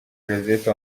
josette